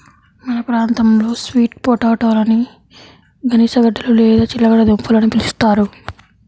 మన ప్రాంతంలో స్వీట్ పొటాటోలని గనిసగడ్డలు లేదా చిలకడ దుంపలు అని పిలుస్తారు